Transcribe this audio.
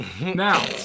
Now